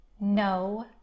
No